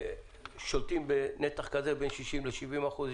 שולטים בנתח השוק של בין 60 ל-70 אחוזים